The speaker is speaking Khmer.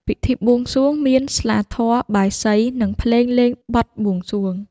ពិធីបួងសួងមាន ស្លាធម៌ បាយសី និងភ្លេងលេងបទបួងសួង ។